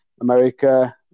America